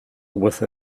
with